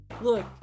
look